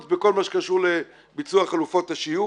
בכל מה שקשור לביצוע חלופות השיוך.